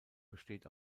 besteht